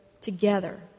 together